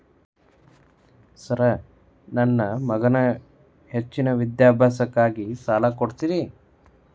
Sir ನನ್ನ ಮಗನ ಹೆಚ್ಚಿನ ವಿದ್ಯಾಭ್ಯಾಸಕ್ಕಾಗಿ ಸಾಲ ಕೊಡ್ತಿರಿ?